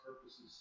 purposes